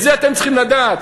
את זה אתם צריכים לדעת.